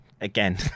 again